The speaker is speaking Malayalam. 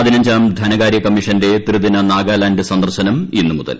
പതിനഞ്ചാം ധനകാരൃ കമ്മി്ഷന്റെ ത്രിദിന നാഗാലാന്റ് സന്ദർശനം ഇന്ന് മുതൽ